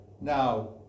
now